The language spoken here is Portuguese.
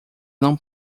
não